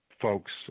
folks